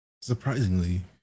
Surprisingly